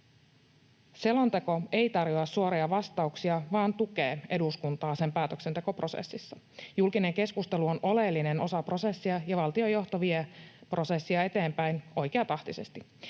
Selonteko ei tarjoa suoria vastauksia, vaan tukee eduskuntaa sen päätöksentekoprosessissa. Julkinen keskustelu on oleellinen osa prosessia, ja valtionjohto vie prosessia eteenpäin oikeatahtisesti.